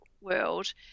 world